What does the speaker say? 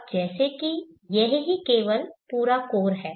अब जैसे कि यह ही केवल पूरा कोर है